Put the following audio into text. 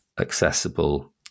accessible